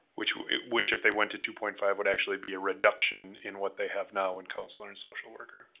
which which if they went to two point five would actually be a reduction in what they have now in counselor and social worker.